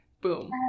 Boom